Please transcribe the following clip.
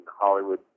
Hollywood